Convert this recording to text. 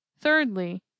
Thirdly